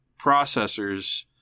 processors